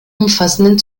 umfassenden